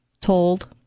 told